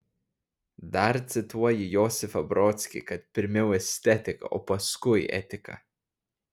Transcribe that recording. dar cituoji josifą brodskį kad pirmiau estetika o paskui etika